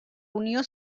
unió